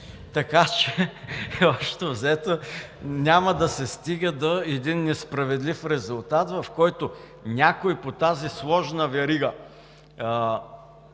Така че общо взето няма да се стига до един несправедлив резултат, в който някой по тази сложна верига